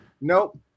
Nope